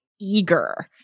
eager